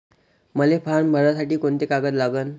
मले फारम भरासाठी कोंते कागद लागन?